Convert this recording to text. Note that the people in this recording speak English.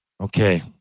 Okay